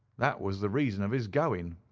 that was the reason of his going